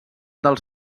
dels